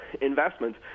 investment